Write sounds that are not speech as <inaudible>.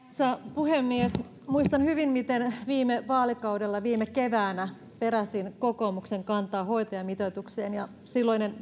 puhemies muistan hyvin miten viime vaalikaudella viime keväänä peräsin kokoomuksen kantaa hoitajamitoitukseen ja silloinen <unintelligible>